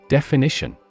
Definition